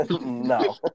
No